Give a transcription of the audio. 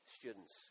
students